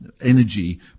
Energy